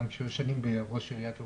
גם שנים כראש עיריית ירושלים.